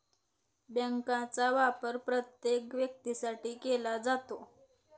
बँकांचा वापर प्रत्येक व्यक्तीसाठी केला जातो